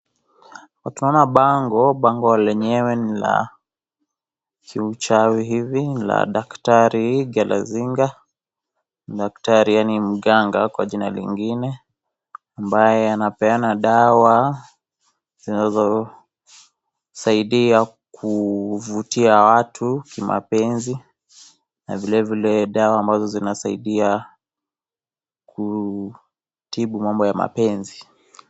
Tunaona bango, bango lenyewe nila kiuchawi hivi, la daktari Galazinga daktari yaani mganga kwa jina lingine, ambaye anapeana dawa zinazo saidia kuvutia watu kimapenzi na vilevile dawa ambazo zinasaidia, kutibu mambo ya mapenzi.